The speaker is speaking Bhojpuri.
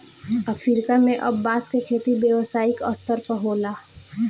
अफ्रीका में अब बांस के खेती व्यावसायिक स्तर पर होता